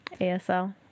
ASL